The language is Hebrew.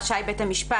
רשאי בית המשפט,